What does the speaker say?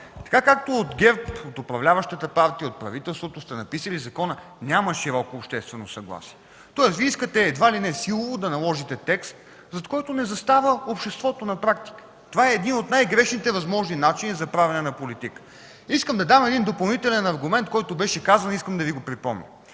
Така, както от ГЕРБ, от управляващата партия, от правителството сте написали закона – няма обществено съгласие. Тоест Вие искате едва ли не силово да наложите текст, зад който не застава обществото на практика. Това е един от най-грешните възможни начини за правене на политика. Искам да дам един допълнителен аргумент, който беше казан, искам да Ви го припомня.